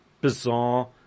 bizarre